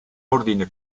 ordine